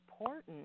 important